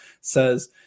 says